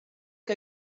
que